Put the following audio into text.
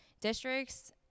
districts